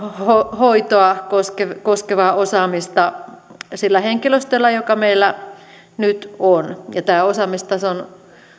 hoitoa koskevaa osaamista sillä henkilöstöllä joka meillä nyt on tämä osaamistason